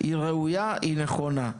היא ראויה ונכונה.